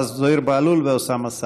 זוהיר בהלול ואוסאמה סעדי.